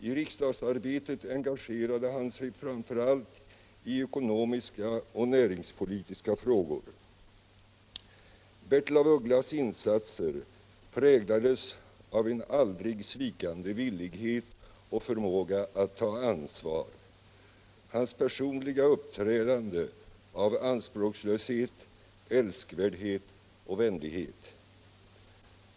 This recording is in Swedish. I riksdagsarbetet engagerade han sig framför allt i ekonomiska och näringspolitiska frågor. Bertil af Ugglas insatser präglades av en aldrig svikande villighet och förmåga att ta ansvar, hans personliga uppträdande av anspråkslöshet, älskvärdhet och vänlighet.